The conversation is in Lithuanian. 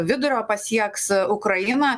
vidurio pasieks ukrainą